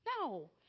No